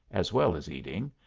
as well as eating,